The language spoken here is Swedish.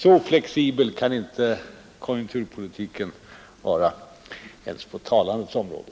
Så flexibel kan inte konjunkturpolitiken vara, ens på talandets område.